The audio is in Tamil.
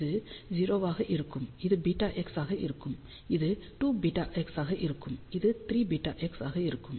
இது 0 ஆக இருக்கும் இது βx ஆக இருக்கும் இது 2βx ஆக இருக்கும் இது 3βx ஆக இருக்கும்